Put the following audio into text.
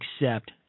accept –